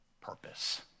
purpose